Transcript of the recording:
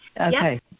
Okay